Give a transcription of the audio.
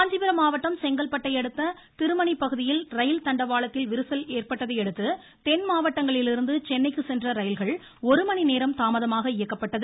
இருவரி காஞ்சிபுரம் மாவட்டம் செங்கல்பட்டையடுத்த திருமனி பகுதியில் ரயில் தண்டவாளத்தில் விரிசல் ஏற்பட்டதையடுத்து தென்மாவட்டங்களிலிருந்து சென்னைக்கு சென்ற ரயில்கள் ஒரு மணிநேரம் தாமதமாக இயக்கப்பட்டது